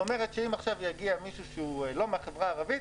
זאת אומרת שאם עכשיו יגיע מישהו שהוא לא מהחברה הערבית,